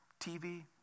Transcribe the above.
TV